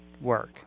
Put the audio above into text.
work